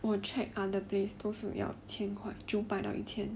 我有 check other place 都是要一千块九百到一千